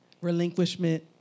Relinquishment